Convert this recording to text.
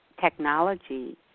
technology